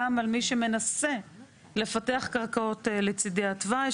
גם על מי שמנסה לפתח קרקעות לצדי התוואי,